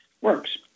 works